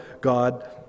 God